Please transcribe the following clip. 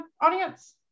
audience